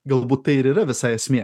galbūt tai ir yra visa esmė